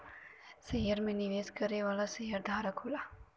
share में निवेश करे वाला शेयरधारक होला